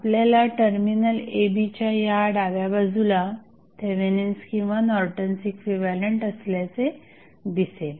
आपल्याला terminal A B च्या या डाव्या बाजूला थेवेनिन्स किंवा नॉर्टन्स इक्विव्हॅलंट असल्याचे दिसेल